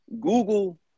Google